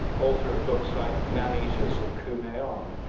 author of books like, man eaters of kumaon,